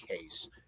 case